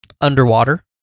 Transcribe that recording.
Underwater